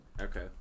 Okay